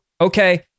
okay